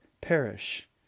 perish